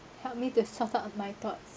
help me to sort out my thoughts